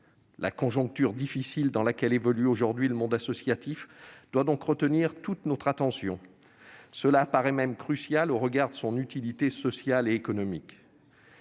La conjoncture difficile dans laquelle évolue aujourd'hui le monde associatif doit retenir toute notre attention. Cela apparaît même crucial au regard de son utilité sociale et économique.